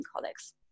colleagues